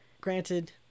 granted